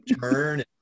turn